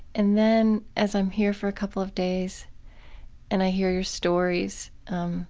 and then, as i'm here for a couple of days and i hear your stories,